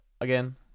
again